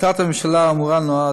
לא נחכה